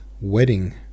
wedding